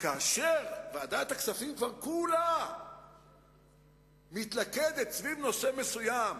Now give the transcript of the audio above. כאשר ועדת הכספים כולה מתלכדת סביב נושא מסוים,